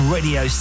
Radio